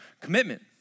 commitment